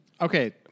Okay